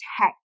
tech